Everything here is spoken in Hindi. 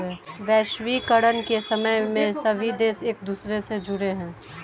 वैश्वीकरण के समय में सभी देश एक दूसरे से जुड़े है